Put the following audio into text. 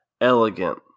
elegant